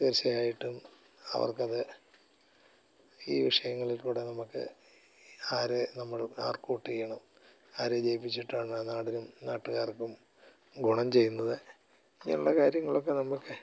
തീർച്ചയായിട്ടും അവർക്കത് ഈ വിഷയങ്ങളിൽ കൂടെ നമുക്ക് ആരെ നമ്മൾ ആർക്ക് വോട്ട് ചെയ്യണം ആരെ ജയിപ്പിച്ചിട്ടാണ് നാടിനും നാട്ടുകാർക്കും ഗുണം ചെയ്യുന്നത് ഇങ്ങനെയുള്ള കാര്യങ്ങളൊക്കെ നമ്മൾക്ക്